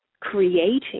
creating